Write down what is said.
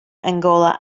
angola